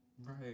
Right